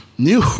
New